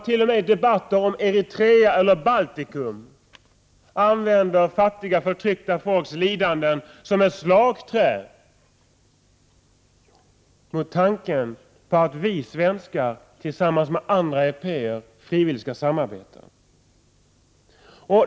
T.o.m. i debatter om Eritrea eller Balticum har man använt fattiga förtryckta folks lidanden som ett slagträ mot tanken på att vi svenskar tillsammans med andra européer skall samarbeta frivilligt.